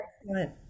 Excellent